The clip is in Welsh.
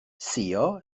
suo